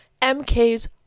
MK's